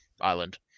Island